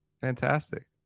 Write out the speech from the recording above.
fantastic